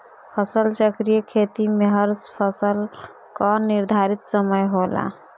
फसल चक्रीय खेती में हर फसल कअ निर्धारित समय होला